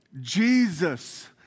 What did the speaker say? Jesus